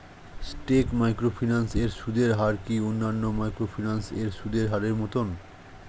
স্কেট microfinance এর সুদের হার কি অন্যান্য মাইক্রোফিন্যান্স এর সুদের হারের মতন?